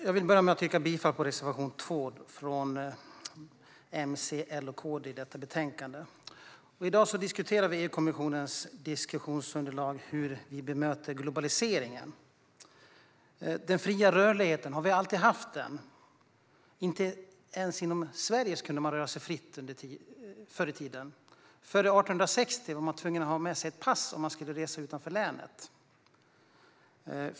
Jag vill börja med att yrka bifall till reservation 2 från M, C, L och KD i detta utlåtande. I dag diskuterar vi EU-kommissionens diskussionsunderlag om globaliseringen. Har vi alltid haft den fria rörligheten? Inte ens inom Sverige kunde man röra sig fritt förr i tiden. Före 1860 var man tvungen att ha med sig ett pass om man skulle resa utanför länet.